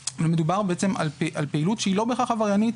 מדובר על פעילות שהיא לא בהכרח עבריינית